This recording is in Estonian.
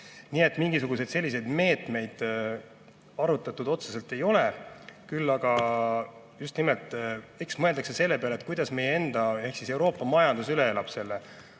Nii et mingisuguseid selliseid meetmeid arutatud otseselt ei ole, küll aga just nimelt mõeldakse selle peale, kuidas meie enda, üldse Euroopa majandus selle